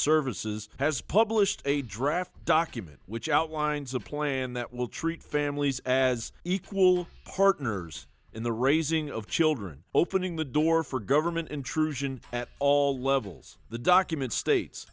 services has published a draft document which outlines a plan that will treat families as equal partners in the raising of children opening the door for government intrusion at all levels the document states